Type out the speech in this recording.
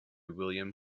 william